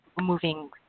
moving